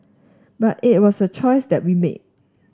but it was a choice that we made